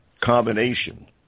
combination